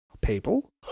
People